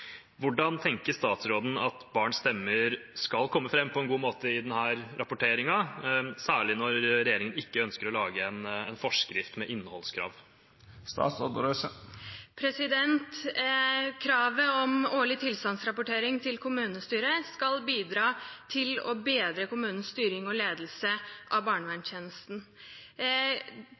Hvordan tenker statsråden at barns stemmer skal komme fram på en god måte i denne rapporteringen, særlig når regjeringen ikke ønsker å lage en forskrift med innholdskrav? Kravet om årlig tilstandsrapportering til kommunestyrene skal bidra til å bedre kommunenes styring og ledelse av